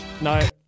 No